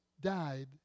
died